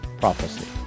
PROPHECY